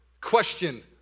question